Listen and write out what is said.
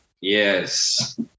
Yes